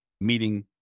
meeting